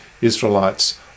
Israelites